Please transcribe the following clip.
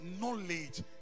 knowledge